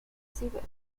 seabed